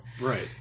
Right